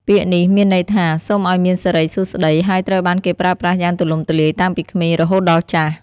ពាក្យនេះមានន័យថា “សូមឱ្យមានសិរីសួស្ដី” ហើយត្រូវបានគេប្រើប្រាស់យ៉ាងទូលំទូលាយតាំងពីក្មេងរហូតដល់ចាស់។